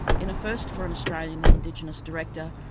in a first for an australian indigenous director,